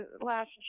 last